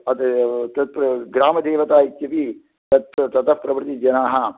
तद् तत् ग्रामदेवता इत्यपि तत् ततः प्रभृति जनाः